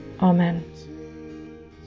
Amen